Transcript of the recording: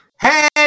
Hey